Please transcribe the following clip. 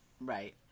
Right